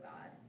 God